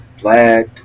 black